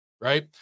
right